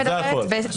אני מדברת ב-6.